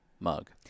mug